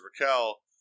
Raquel